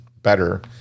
better